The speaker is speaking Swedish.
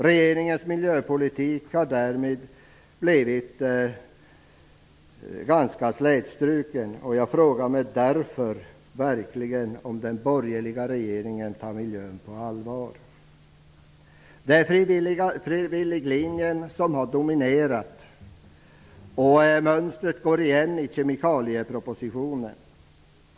Regeringens miljöpolitik har därmed blivit ganska slätstruken. Jag frågar mig därför om den borgerliga regeringen verkligen tar miljön på allvar. Det är frivilliglinjen som har dominerat, och mönstret går igen i kemikaliepropositionen.